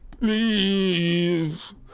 Please